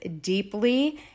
deeply